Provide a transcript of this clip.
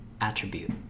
attribute